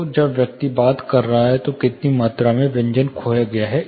तो जब व्यक्ति बात कर रहा है तो कितनी मात्रा में व्यंजन खो गया है